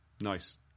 Nice